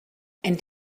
and